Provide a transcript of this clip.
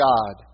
God